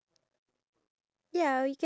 you were in a live broadcast